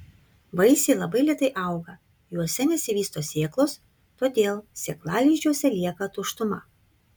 vaisiai labai lėtai auga juose nesivysto sėklos todėl sėklalizdžiuose lieka tuštuma